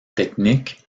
technique